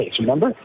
remember